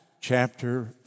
chapter